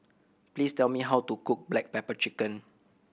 please tell me how to cook black pepper chicken